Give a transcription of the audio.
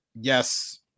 yes